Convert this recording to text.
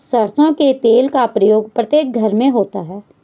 सरसों के तेल का प्रयोग प्रत्येक घर में होता है